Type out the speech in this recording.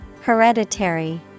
Hereditary